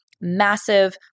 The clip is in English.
massive